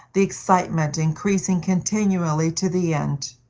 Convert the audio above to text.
the excitement increasing continually to the end.